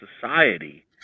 society